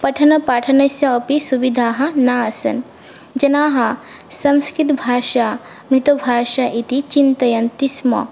पठनपाठनस्य अपि सुविधाः न आसन् जनाः संस्कृतभाषा मृतभाषा इति चिन्तयन्ति स्म